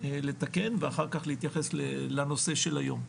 לתקן ואחר-כך להתייחס לנושא של היום.